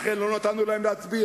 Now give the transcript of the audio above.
לכן לא נתנו להם להצביע.